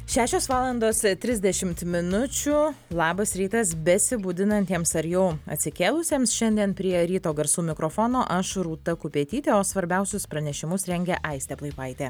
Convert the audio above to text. šešios valandos trisdešimt minučių labas rytas besibudinantiems ar jau atsikėlusiems šiandien prie ryto garsų mikrofono aš rūta kupetytė o svarbiausius pranešimus rengia aistė plaipaitė